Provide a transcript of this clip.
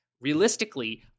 Realistically